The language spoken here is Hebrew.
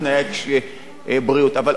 אבל, עוד פעם, המדינה מסתכלת,